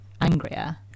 angrier